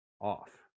off